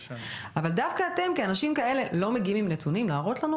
אבל דווקא אתם כאנשים כאלה לא מגיעים עם נתונים להראות לנו?